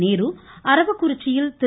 நேரு அரவக்குறிச்சியில் திரு